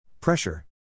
Pressure